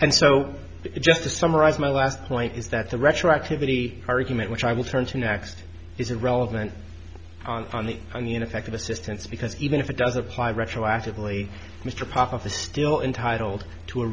so just to summarize my last point is that the retroactivity argument which i will turn to next is irrelevant on the on the ineffective assistance because even if it does apply retroactively mr prophet the still entitled to